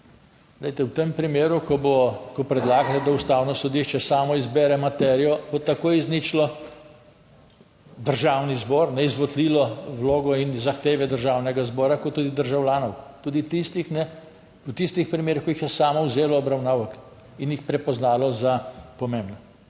v tem primeru, ko bo, ko predlagate, da Ustavno sodišče samo izbere materijo, bo takoj izničilo Državni zbor, izvotlilo vlogo in zahteve Državnega zbora kot tudi državljanov, tudi tistih v tistih primerih, ko jih je samo vzelo v obravnavo in jih prepoznalo za pomembne.